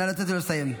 נא לתת לו לסיים.